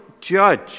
judge